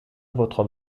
votre